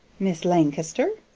miss lan'k'ster?